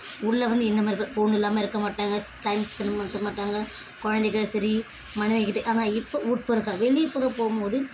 உள்ளே வந்து இந்த மாதிரி தான் ஃபோன் இல்லாமல் இருக்கற மாட்டாங்க டைம் ஸ்பென்ட் பண்ண மாட்டாங்க குழந்தைக சரி மனைவிக்கிட்டே ஆனால் இப்போ உட்புறம் வெளிப்புறம் போகும்போது